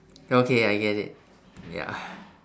okay I get it ya